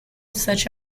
such